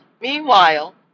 Meanwhile